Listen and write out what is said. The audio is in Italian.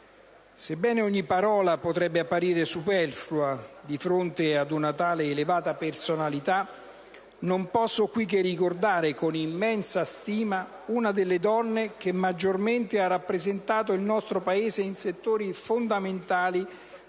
Sebbene ogni parola potrebbe apparire superflua di fronte ad una tale elevata personalità, non posso qui che ricordare, con immensa stima, una delle donne che maggiormente ha rappresentato il nostro Paese in settori fondamentali